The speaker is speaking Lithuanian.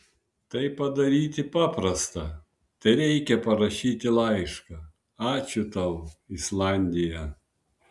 tai padaryti paprasta tereikia parašyti laišką ačiū tau islandija